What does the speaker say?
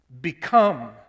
become